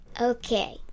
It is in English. Okay